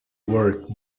work